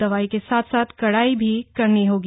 दवाई के साथ साथ कड़ाई भी करनी होगी